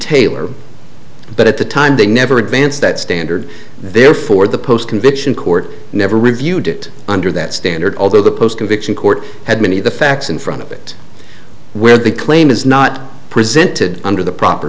retailer but at the time they never advanced that standard therefore the post conviction court never reviewed it under that standard although the post conviction court had many of the facts in front of it where the claim is not presented under the proper